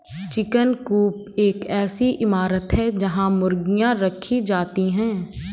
chicken coop एक ऐसी इमारत है जहां मुर्गियां रखी जाती हैं